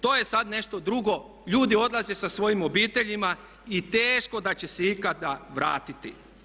To je sada nešto drugo, ljudi odlaze sa svojim obiteljima i teško da će se ikada vratiti.